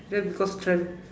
then because tra~